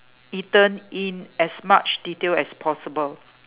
eaten in as much detail as possible